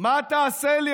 מה תעשה לי?